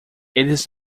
eles